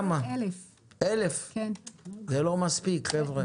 1,000. זה לא מספיק, חבר'ה.